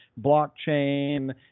blockchain